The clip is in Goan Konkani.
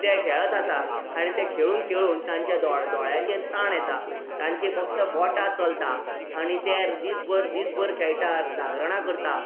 ते खेळत आसा आनी ते खेळून खेळून तांच्या दोळ दोळ्याचेर ताण येता तांचीं फक्त बोटां चलता आनी तेर दीस भर दीस भर खेळटार जागरणां करता